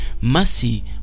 Mercy